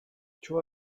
two